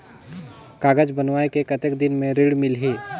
कागज बनवाय के कतेक दिन मे ऋण मिलही?